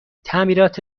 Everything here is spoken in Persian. تعمیرات